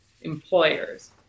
employers